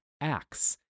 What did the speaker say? acts